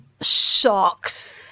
shocked